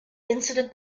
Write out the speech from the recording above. incident